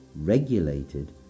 regulated